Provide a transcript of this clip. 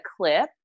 clip